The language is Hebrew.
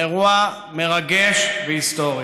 אירוע מרגש והיסטורי.